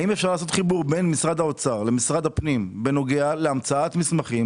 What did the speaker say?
האם אפשר לעשות חיבור בין משרד האוצר למשרד הפנים בנוגע להמצאת מסמכים,